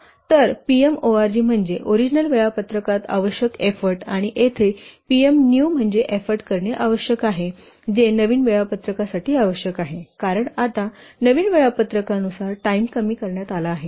तर pm org म्हणजे original वेळापत्रकात आवश्यक एफ्फोर्ट आणि येथे pm न्यू म्हणजे एफ्फोर्ट करणे आवश्यक आहे जे नवीन वेळापत्रकांसाठी आवश्यक आहे कारण आता नवीन वेळापत्रकानुसार टाइम कमी करण्यात आला आहे